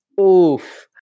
Oof